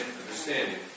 understanding